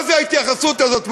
מה זאת ההתייחסות הזאת?